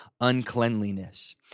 uncleanliness